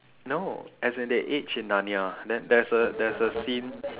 no as in they age in narnia and there is there is a scene